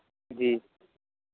جی